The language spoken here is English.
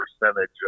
percentage